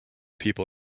people